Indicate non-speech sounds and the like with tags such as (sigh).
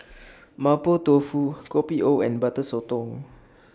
(noise) Mapo Tofu Kopi O and Butter Sotong